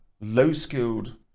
low-skilled